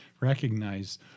recognize